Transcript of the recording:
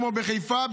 כמו בחיפה,